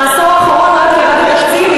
בעשור האחרון רק ירד התקציב,